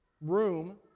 room